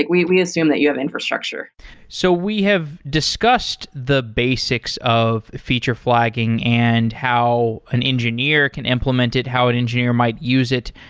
we we assume that you have infrastructure so we have discussed the basics of feature flagging and how an engineer can implement it, how an engineer might use it.